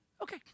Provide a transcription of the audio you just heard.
Okay